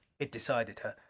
it decided her.